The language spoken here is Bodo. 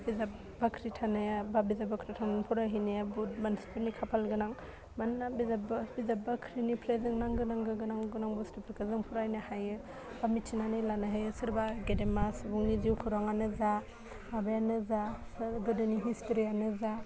बिजाब बाख्रि थानाया बा बिजाब बाख्रियाव थांनानै फरायहैनाया बहुत मानसिफोरनि खाफाल गोनां मानोना बिजाब बा बिजाब बाख्रिनिफ्राय जों नांगो नांगो गोनां गोनां बस्थुफोरखौ जों फरायनो हायो बा मिथिनानै लानो हायो सोरबा गेदेमा सुबुंनि जिउ खौराङानो जा माबायानो जा गोदोनि हिस्ट्रियानो जा